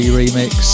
remix